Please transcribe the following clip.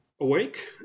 awake